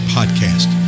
Podcast